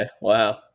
Wow